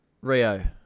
Rio